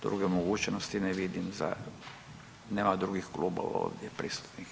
Druge mogućnosti ne vidim za, nema drugih klubova ovdje prisutnih.